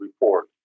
report